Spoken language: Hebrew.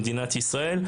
במדינת ישראל.